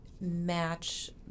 match